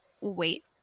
wait